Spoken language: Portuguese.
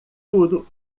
tudo